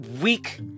weak